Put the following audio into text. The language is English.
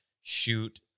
shoot